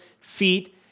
feet